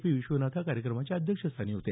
P Vishwanatha कार्यक्रमाच्या अध्यक्षस्थानी होते